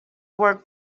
work